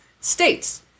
states